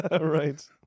Right